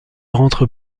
rentre